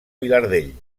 vilardell